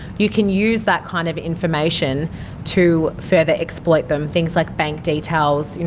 you can use that kind of information to further exploit them, things like bank details, you know